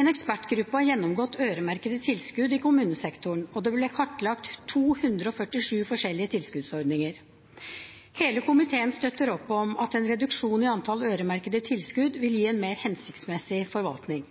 En ekspertgruppe har gjennomgått øremerkede tilskudd i kommunesektoren, og det ble kartlagt 247 forskjellige tilskuddsordninger. Hele komiteen støtter opp om at en reduksjon i antall øremerkede tilskudd vil gi en mer hensiktsmessig forvaltning.